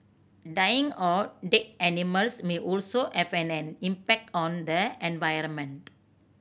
dying or dead animals may also have an an impact on the environment